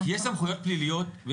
יש סמכויות פליליות,